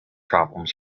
problems